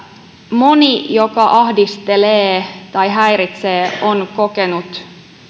moni joka ahdistelee tai häiritsee on kokenut